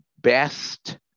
best